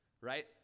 right